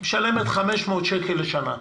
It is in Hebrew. היא משלמת 500 שקלים לשנה,